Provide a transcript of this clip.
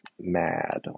mad